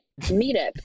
meetup